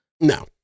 No